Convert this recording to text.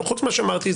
חוץ ממה שאמרתי,